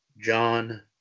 John